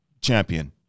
champion